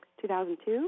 2002